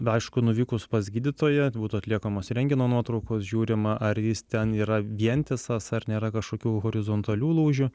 aišku nuvykus pas gydytoją būtų atliekamos rentgeno nuotraukos žiūrima ar jis ten yra vientisas ar nėra kažkokių horizontalių lūžių